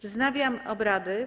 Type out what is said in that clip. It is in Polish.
Wznawiam obrady.